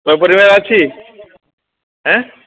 ସବୁ ପରିବା ଅଛି ଆଁ